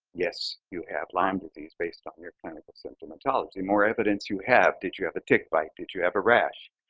yes, you have lyme disease based on your clinical symptomatology. more evidence you have, did you have a tick bite? did you have a rash?